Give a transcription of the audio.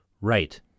Right